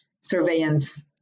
surveillance